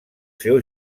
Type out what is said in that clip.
seu